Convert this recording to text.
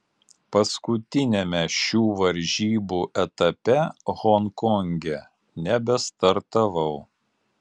paskutiniame šių varžybų etape honkonge nebestartavau